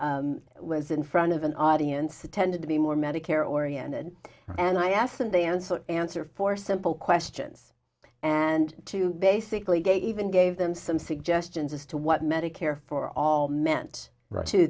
i was in front of an audience tended to be more medicare oriented and i asked and the answer answer four simple questions and to basically get even gave them some suggestions as to what medicare for all meant